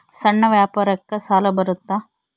ಸಣ್ಣ ವ್ಯಾಪಾರಕ್ಕ ಸಾಲ ಬರುತ್ತಾ?